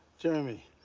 jeremy,